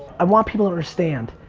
i want people to understand,